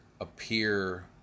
appear